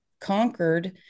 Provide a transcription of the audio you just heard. conquered